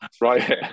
right